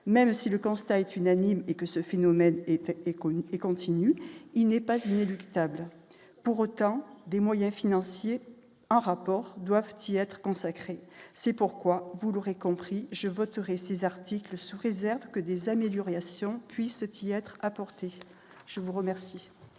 même si le constat est unanime et que ce phénomène était, est et continue, il n'est pas inéluctable pour autant des moyens financiers en rapport doivent-ils être consacrés, c'est pourquoi vous l'aurez compris je voterai ces articles sous réserve que des améliorer à Sion puisse être, il y a être apportée, je vous remercie.